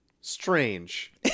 strange